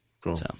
Cool